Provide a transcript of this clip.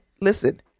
Listen